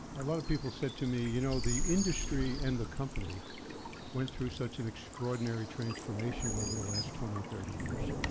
a lot of people said to me, you know, the industry and the company went through such an extraordinary transformation over the last twenty or thirty years,